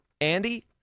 Andy